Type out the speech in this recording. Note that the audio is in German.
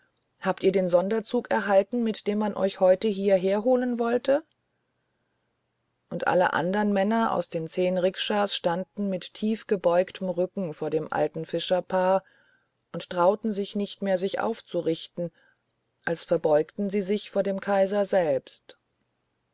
habt ihr den sonderzug erhalten mit dem man euch heute hierher holen wollte und alle andern männer aus den zehn rikschas standen mit tief gebeugten rücken vor dem alten fischerpaar und getrauten sich nicht mehr sich aufzurichten als verbeugten sie sich vor dem kaiser selbst